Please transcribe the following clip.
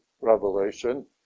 Revelation